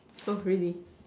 oh really